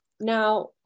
Now